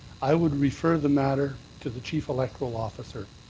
i would refer the matter to the chief electoral officer